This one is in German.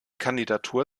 kandidatur